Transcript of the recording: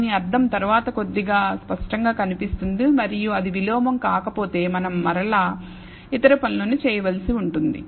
దీని అర్థం తరువాత కొద్దిగా స్పష్టంగా కనిపిస్తుంది మరియు అది విలోమం కాకపోతే మనం మరలా ఇతర పనులను చేయవలసి ఉంటుంది